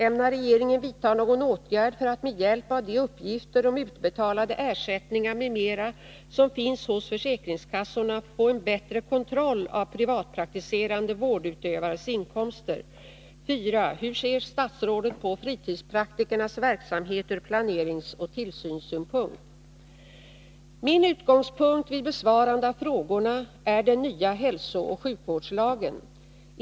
Ämnar regeringen vidta någon åtgärd för att med hjälp av de uppgifter om utbetalade ersättningar m.m. som finns hos försäkringskassorna få en bättre kontroll av privatpraktiserande vårdutövares inkomster? 4. Hur ser statsrådet på fritidspraktikernas verksamhet från planeringsoch tillsynssynpunkt? Min utgångspunkt vid besvarande av frågorna är den nya hälsooch sjukvårdslagen.